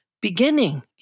beginning